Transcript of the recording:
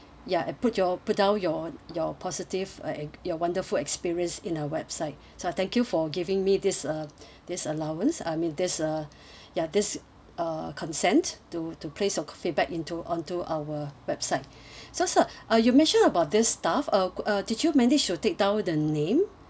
ya and put your put down your your positive uh your wonderful experience in our website so I thank you for giving me this uh this allowance I mean this uh ya this uh consent to to place your feedback into onto our website so sir uh you mentioned about this staff uh could uh did you manage to take down the name